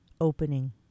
opening